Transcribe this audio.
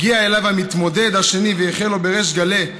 הגיע אליו המתמודד השני ואיחל לו בריש גלי: